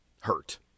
Hurt